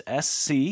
SC